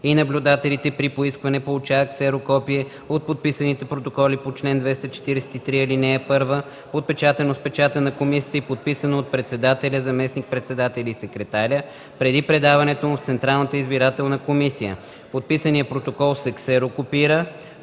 и наблюдателите при поискване получават ксерокопие от подписаните протоколи по чл. 243, ал. 1, подпечатано с печата на комисията и подписано от председателя, заместник-председателя и секретаря, преди предаването му в Централната избирателна комисия. Подписаният протокол се ксерокопира